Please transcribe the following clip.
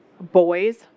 Boys